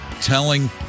telling